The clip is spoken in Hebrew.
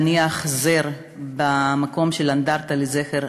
להניח זר במקום של האנדרטה לזכר